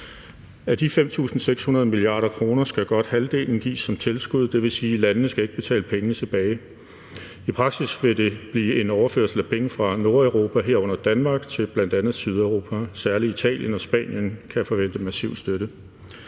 Af de 5.600 mia. kr. skal godt halvdelen gives som tilskud, og det vil sige, at landene ikke skal betale pengene tilbage. I praksis vil det blive en overførsel af penge fra Nordeuropa, herunder Danmark, til bl.a. Sydeuropa. Særlig Italien og Spanien kan forvente massiv støtte.